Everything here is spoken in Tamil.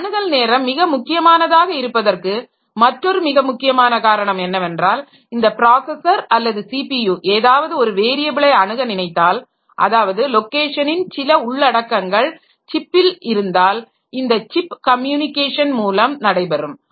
இந்த அணுகல் நேரம் மிக முக்கியமானதாக இருப்பதற்கு மற்றொரு மிக முக்கியமான காரணம் என்னவென்றால் இந்த ப்ராஸஸர் அல்லது சிபியு ஏதாவது ஒரு வேரியபிளை அணுக நினைத்தால் அதாவது லொகேஷனின் சில உள்ளடக்கங்கள் சிப்பில் இருந்தால் இது சிப் கம்யூனிகேஷன் மூலம் நடைபெறும்